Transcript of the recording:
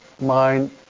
mind